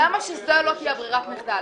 אז הם בני 12. למה שזו לא תהיה ברירת המחדל?